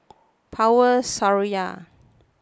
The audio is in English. Power Seraya